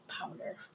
powder